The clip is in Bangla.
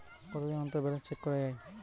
কতদিন অন্তর ব্যালান্স চেক করা য়ায়?